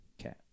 Okay